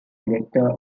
director